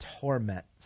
torments